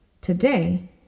Today